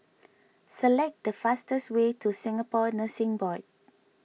select the fastest way to Singapore Nursing Board